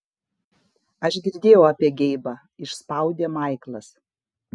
aš girdėjau apie geibą išspaudė maiklas